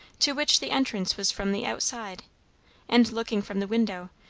to which the entrance was from the outside and looking from the window,